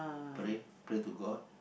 pray pray to god